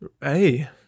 Hey